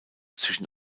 zwischen